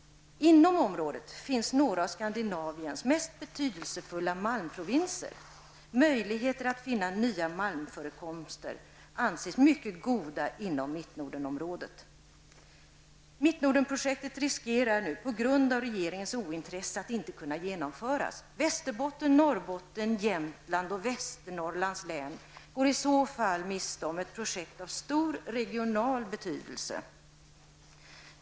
Inom området finns några av Skandinaviens mest betydelsefulla malmprovinser. Möjligheterna att finna nya malmförekomster anses mycket goda inom Mittnordenprojektet riskerar nu på grund av regeringens ointresse att inte kunna genomföras. Västernorrlands län går i så fall miste om ett projekt av stor regional betydelse.